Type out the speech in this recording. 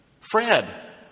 Fred